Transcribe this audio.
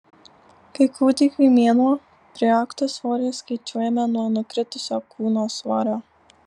kai kūdikiui mėnuo priaugtą svorį skaičiuojame nuo nukritusio kūno svorio